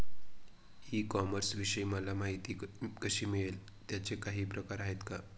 E कॉमर्सविषयी मला माहिती कशी मिळेल? त्याचे काही प्रकार आहेत का?